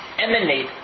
emanate